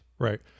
Right